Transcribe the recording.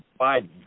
Biden